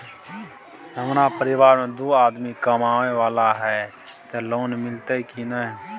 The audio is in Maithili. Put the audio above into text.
हमरा परिवार में दू आदमी कमाए वाला हे ते लोन मिलते की ने?